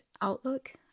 outlook